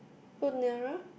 put nearer